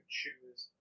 choose